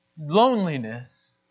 loneliness